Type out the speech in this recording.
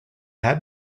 had